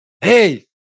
Hey